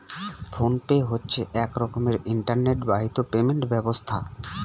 phone pay হচ্ছে এক রকমের ইন্টারনেট বাহিত পেমেন্ট ব্যবস্থা